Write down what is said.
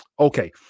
Okay